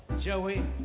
Joey